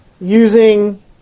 using